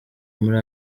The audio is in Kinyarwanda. muri